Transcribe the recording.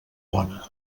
bona